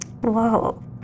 Whoa